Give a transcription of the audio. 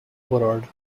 woodard